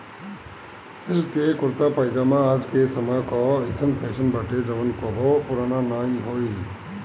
silk के कुरता पायजामा आज के समय कअ अइसन फैशन बाटे जवन कबो पुरान नाइ होई